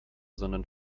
sondern